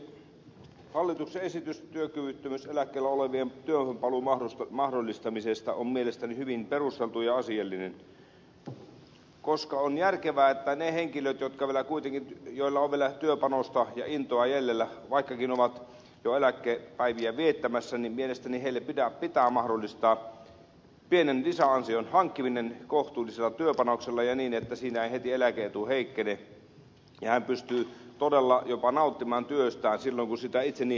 hallituksen esitys työkyvyttömyyseläkkeellä olevien työhönpaluun mahdollistamisesta on mielestäni hyvin perusteltu ja asiallinen koska on järkevää että ne henkilöt jotka niille henkilöille joilla on vielä työpanosta ja intoa jäljellä vaikkakin he ovat jo eläkepäiviä viettämässä mielestäni pitää mahdollistaa pienen lisäansion hankkiminen kohtuullisella työpanoksella ja niin että siinä ei heti eläke etu heikkene ja pystyy todella jopa nauttimaan työstä silloin kun sitä itse haluaa